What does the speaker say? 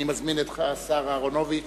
אני מזמין את השר יצחק אהרונוביץ